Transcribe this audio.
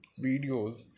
videos